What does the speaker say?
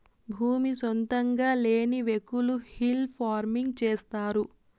భూమి సొంతంగా లేని వ్యకులు హిల్ ఫార్మింగ్ చేస్తారు